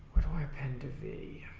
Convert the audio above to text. what um happened to v